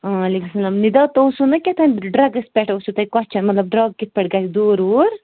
آ نِدا تۄہہِ اوسوٗ نَہ کیٛاہ تھام ڈرٛگٕس پٮ۪ٹھ اوسوٗ تۄہہِ کۄچھَن مطلب ڈرٛگ کِتھ پٲٹھۍ گژھِ دوٗر ووٗر